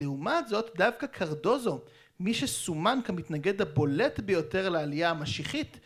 לעומת זאת, דווקא קרדוזו, מי שסומן כמתנגד הבולט ביותר לעלייה המשיחית,